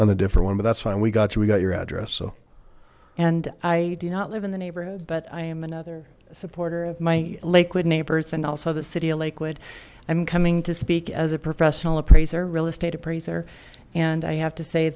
i'm a different to that's why we got you we got your address so and i do not live in the neighborhood but i am another supporter of my lakewood neighbors and also the city in lakewood i'm coming to speak as a professional appraiser real estate appraiser and i have to say